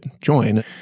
join